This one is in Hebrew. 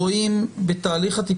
בבקשה.